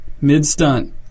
Mid-stunt